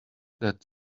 that